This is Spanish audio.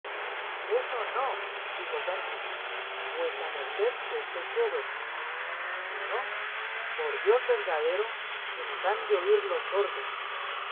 eso no dijo sancho vuesa merced se esté quedo si no por dios verdadero que nos han de oír los sordos